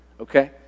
Okay